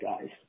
guys